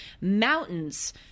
Mountains